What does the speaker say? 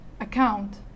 account